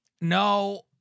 no